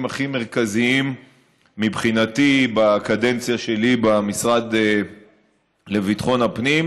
הכי מרכזיים מבחינתי בקדנציה שלי במשרד לביטחון הפנים,